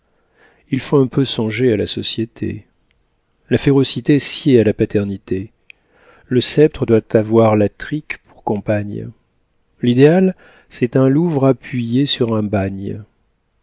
il faut un peu songer à la société la férocité sied à la paternité le sceptre doit avoir la trique pour compagne l'idéal c'est un louvre appuyé sur un bagne